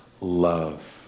love